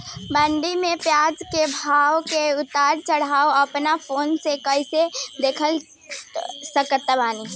मंडी मे प्याज के भाव के उतार चढ़ाव अपना फोन से कइसे देख सकत बानी?